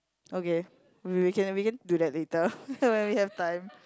okay we we can we can do that later when we have time